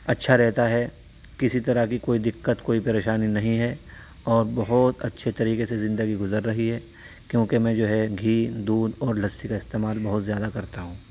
اچھا رہتا ہے کسی طرح کی کوئی دقت کوئی پریشانی نہیں ہے اور بہت اچھے طریقے سے زندگی گزر رہی ہے کیوںکہ میں جو ہے گھی دودھ اور لسی کا استعمال بہت زیادہ کرتا ہوں